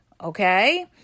okay